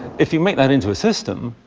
if you make that into a system,